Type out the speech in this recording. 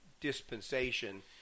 dispensation